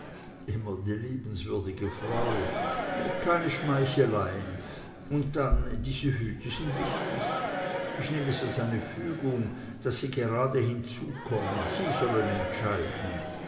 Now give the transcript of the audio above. immer die liebenswürdige frau keine schmeicheleien und dann diese hüte sind wichtig ich nehm es als eine fügung daß sie da gerade hinzukommen sie sollen entscheiden